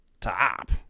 Top